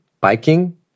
biking